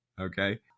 okay